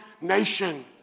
nation